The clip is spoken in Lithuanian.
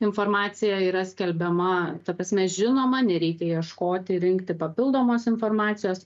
informacija yra skelbiama ta prasme žinoma nereikia ieškoti rinkti papildomos informacijos